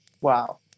Wow